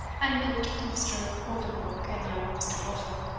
and goot mr. oldenbuck, and young mr. lofel,